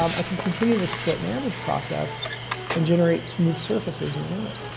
um i can continue this split and average process and generate smooth surfaces in the limit.